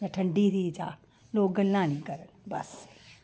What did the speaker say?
जां ठंडी ही चाह् लोक गल्लां निं करन बस